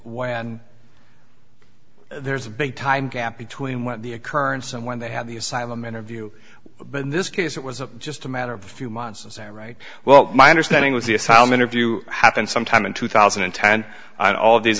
and there's a big time gap between when the occurrence and when they have the asylum interview but in this case it was just a matter of a few months and sam right well my understanding was the asylum interview happened sometime in two thousand and ten and all of these